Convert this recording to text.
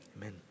Amen